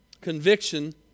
Conviction